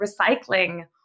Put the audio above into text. recycling